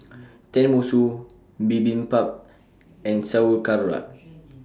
Tenmusu Bibimbap and Sauerkraut